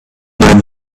man